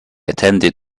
attended